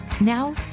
Now